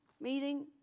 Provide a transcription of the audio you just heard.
meeting